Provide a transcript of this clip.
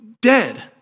dead